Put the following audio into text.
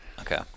Okay